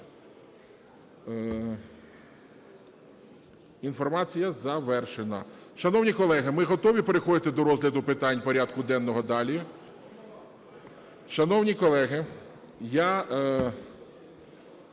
Інформація завершена. Шановні колеги, ми готові переходити до розгляду порядку денного далі? Шановні колеги, я